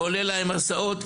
עולה להם הסעות,